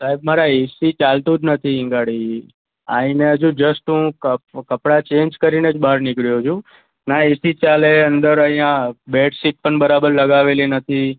સાહેબ મારે આ એસી ચાલતું જ નથી ઇંગડી આઈને હજુ જસ્ટ હું ક કપડાં ચેન્જ કરીને જ બહાર નીકળ્યો છું ના એસી ચાલે અંદર અહીં બેડસીટ પણ બરાબર લગાવેલી નથી